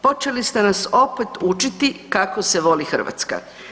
Počeli ste nas opet učiti kako se voli Hrvatska.